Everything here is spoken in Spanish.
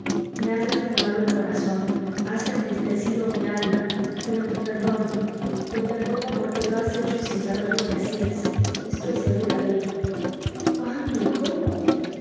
me has lastimado el corazón has entristecido mi alma pero te perdono te perdono porque lo has hecho sin saber lo que hacías estoy segura de ello cuándo y cómo